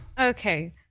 Okay